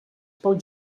pel